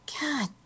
God